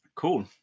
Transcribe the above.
Cool